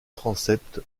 transept